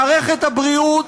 מערכת הבריאות,